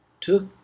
took